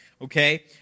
okay